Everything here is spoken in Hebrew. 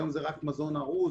היום זה רק מזון ארוז,